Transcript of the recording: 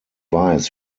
weiß